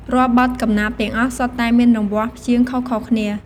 រាល់បទកំណាព្យទាំងអស់សុទ្ធតែមានរង្វាស់ព្យាង្គខុសៗគ្នា។